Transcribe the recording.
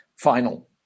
final